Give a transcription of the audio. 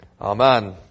amen